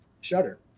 shutter